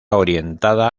orientada